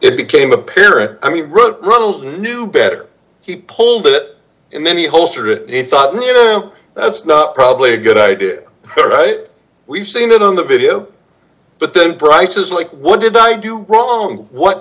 it became apparent i mean ronald knew better he pulled it and then he holster it he thought you know that's not probably a good idea all right we've seen it on the video but then prices like what did i do wrong what